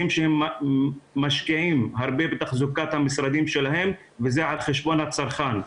תאגידים שמשקיעים הרבה בתחזוקת המשרדים שלהם וזה על חשבון הצרכן,